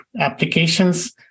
applications